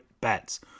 Bets